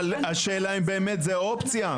אבל השאלה אם באמת זו אופציה.